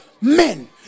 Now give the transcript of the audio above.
men